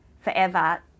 forever